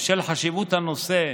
בשל חשיבות הנושא,